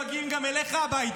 הם היו מגיעים גם אליך הביתה.